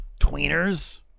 tweeners